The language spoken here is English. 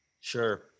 Sure